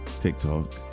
TikTok